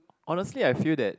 honestly I feel that